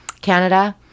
Canada